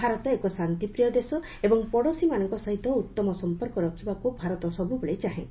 ଭାରତ ଏକ ଶାନ୍ତିପ୍ରିୟ ଦେଶ ଏବଂ ପଡ଼ୋଶୀମାନଙ୍କ ସହିତ ଉତ୍ତମ ସଂପର୍କ ରଖିବାକୁ ଭାରତ ସବୁବେଳେ ଚାହେଁ